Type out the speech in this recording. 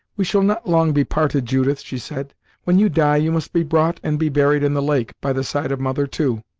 we shall not long be parted, judith, she said when you die, you must be brought and be buried in the lake, by the side of mother, too.